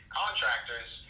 contractors